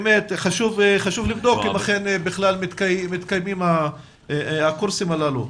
חשוב לבדוק אם אכן באמת מתקיימים הקורסים האלה.